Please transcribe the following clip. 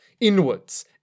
Inwards